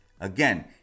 again